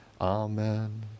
amen